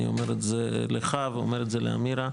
אני אומר את זה לך ואומר את זה לאמירה,